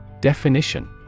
Definition